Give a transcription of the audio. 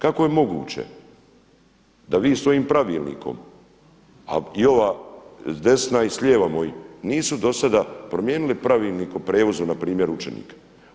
Kako je moguće da svi svojim pravilnikom, a i ova s desna i s lijeva moji, nisu do sada promijenili Pravilnik o prijevozu npr. učenika.